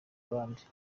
abandi